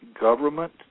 government